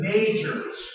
majors